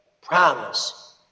promise